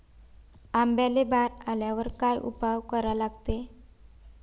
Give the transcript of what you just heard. आंब्याले बार आल्यावर काय उपाव करा लागते?